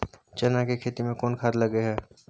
चना के खेती में कोन खाद लगे हैं?